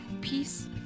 peace